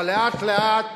אבל לאט-לאט